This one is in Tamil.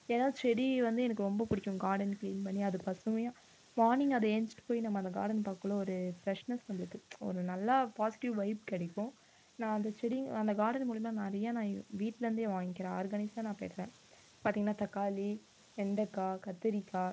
ஏன்னா செடி வந்து எனக்கு ரொம்ப பிடிக்கும் கார்டன் கிளீன் பண்ணி அது பசுமையாக மார்னிங் அதை எழுந்திரிச்சிட்டு போய் நம்ம அந்த கார்டன் பாக்கக்குள்ளே ஒரு ஃபிரஷ்னஸ் நம்மளுக்கு ஒரு நல்லா பாசிட்டிவ் வைப் கிடைக்கும் நான் அந்த செடிங்க அந்த கார்டன் மூலியமாக நிறைய நான் ஏ வீட்லேருந்தே வாங்கிக்கிறேன் ஆர்கானிக்ஸ் தான் நான் பெற்றேன் பார்த்தீங்கன்னா தக்காளி வெண்டக்காய் கத்தரிக்காய்